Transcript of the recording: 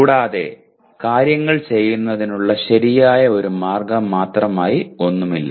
കൂടാതെ കാര്യങ്ങൾ ചെയ്യുന്നതിനുള്ള ശരിയായ ഒരു മാർഗം മാത്രം ആയി ഒന്നുമില്ല